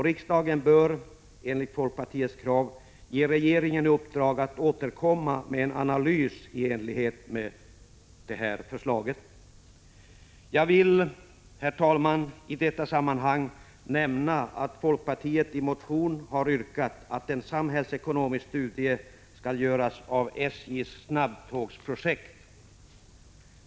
Riksdagen bör i enlighet med folkpartiets krav ge regeringen i uppdrag att återkomma med en sådan analys. Jag vill, herr talman, i detta sammanhang nämna att folkpartiet i motion har yrkat att en samhällsekonomisk studie skall göras av SJ:s snabbtågsprojekt.